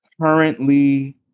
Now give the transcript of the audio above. currently